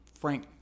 frank